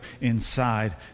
inside